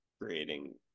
creating